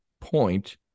point